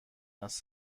است